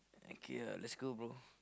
okay ah let's go bro